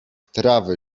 trawy